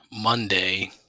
Monday